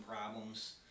problems